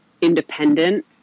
independent